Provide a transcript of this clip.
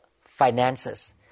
finances